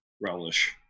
relish